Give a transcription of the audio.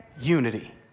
unity